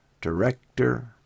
director